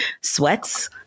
sweats